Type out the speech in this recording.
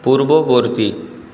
পূর্ববর্তী